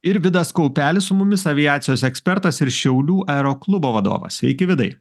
ir vidas kaupelis su mumis aviacijos ekspertas ir šiaulių aeroklubo vadovas sveiki vidai